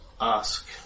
ask